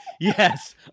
Yes